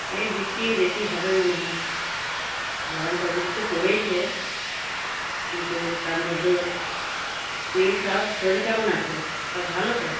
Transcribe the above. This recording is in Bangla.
এই বৃষ্টি দেখি হবে মনে হয় গরমটা অতিরিক্ত পড়েছে কিন্তু তার মধ্যেও এই সব শরীর কেমন আছে সব ভালো তো